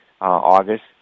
August